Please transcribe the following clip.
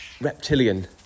reptilian